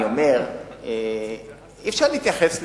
אני אומר, אי-אפשר להתייחס לזה,